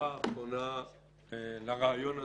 הערה אחרונה לרעיון הזה,